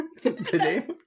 today